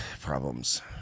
problems